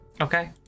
Okay